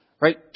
right